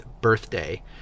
birthday